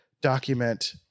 document